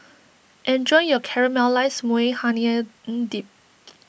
enjoy your Caramelized Maui Onion N Dip